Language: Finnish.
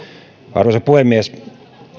arvoisa puhemies